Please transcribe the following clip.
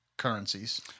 currencies